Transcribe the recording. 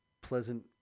pleasant